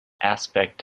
aspect